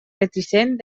reticent